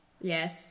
Yes